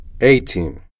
Eighteen